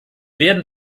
werden